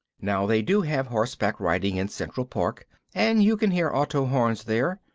now they do have horseback riding in central park and you can hear auto horns there,